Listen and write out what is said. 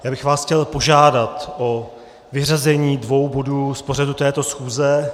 Já bych vás chtěl požádat o vyřazení dvou bodů z pořadu této schůze.